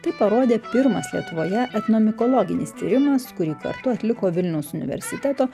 tai parodė pirmas lietuvoje etnomikologinis tyrimas kurį kartu atliko vilniaus universiteto